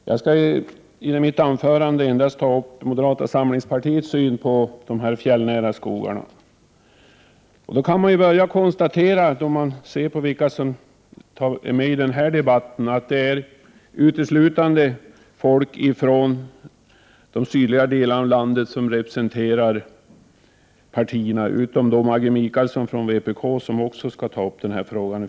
Herr talman! Jag skall i mitt anförande endast ta upp moderata samlingspartiets syn på frågan om de fjällnära skogarna. Till att börja med konstaterar jag att när jag ser vilka som är med i denna debatt finner jag att det är uteslutande människor från de sydligare delarna av landet som representerar partierna — utom Maggi Mikaelsson från vpk, som också kommer att ta upp denna fråga.